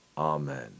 Amen